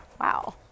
Wow